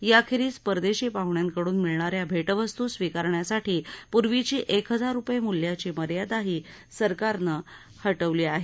याखेरीज परदेशी पाहण्यांकड्रन मिळणार्या भेटवस्तू स्वीकारण्यासाठी पूर्वीची एक हजार रुपये मूल्याची मर्यादाही सरकारनं हटवली आहे